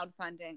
crowdfunding